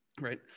Right